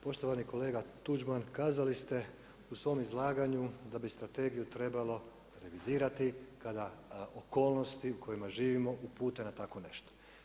Poštovani kolega Tuđman, kazali ste u svom izlaganju da bi strategiju trebalo revidirati kada okolnosti u kojima živimo upute na tako nešto.